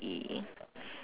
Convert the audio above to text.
E